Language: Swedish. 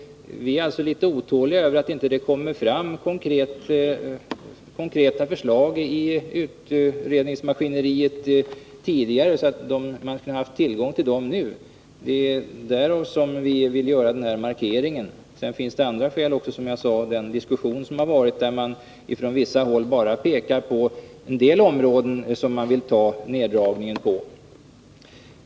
Vi är därför litet otåliga över att det inte tidigare kommit fram konkreta förslag från utredningsmaskineriet. Vi kunde i så fall nu ha haft tillgång till dessa. Av den anledningen har vi velat göra vår markering. Sedan finns det också, som jag tidigare sagt, andra skäl att anföra. I den diskussion som förekommit pekar man från vissa håll bara på en del områden, där man vill göra neddragningar.